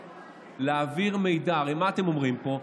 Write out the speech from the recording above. הרי מה אתם אומרים פה?